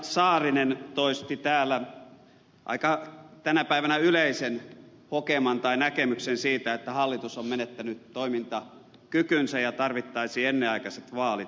saarinen toisti täällä tänä päivänä aika yleisen hokeman tai näkemyksen siitä että hallitus on menettänyt toimintakykynsä ja tarvittaisiin ennenaikaiset vaalit